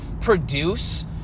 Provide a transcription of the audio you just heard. produce